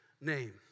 name